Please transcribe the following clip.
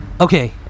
Okay